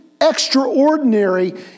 extraordinary